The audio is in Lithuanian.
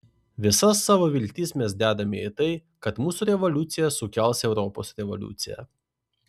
visas savo viltis mes dedame į tai kad mūsų revoliucija sukels europos revoliuciją